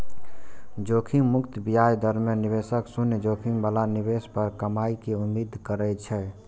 जोखिम मुक्त ब्याज दर मे निवेशक शून्य जोखिम बला निवेश पर कमाइ के उम्मीद करै छै